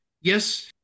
yes